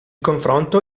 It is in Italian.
confronto